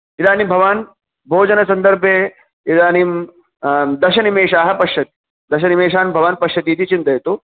इदानीं भवान् भोजनसन्दर्भे इदानीं दशनिमेषाः पश्यतु दशनिमेषान् भवान् पश्यतीति चिन्तयतु